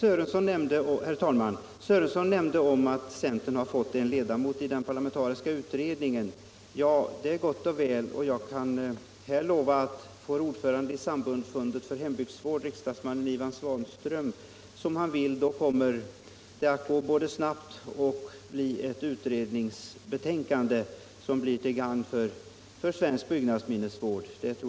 Herr talman! Herr Sörenson nämnde att centern har fått en ledamot i den parlamentariska utredningen. Det är bra, och jag kan lova utt om ordföranden i samfundet för hembygdsvård, riksdagsmannen Ivan Svanström, får som han vill kommer det både att gå snabbt och föreligga ett utredningsbetänkande som blir till gagn för svensk byggnadsminnesvård.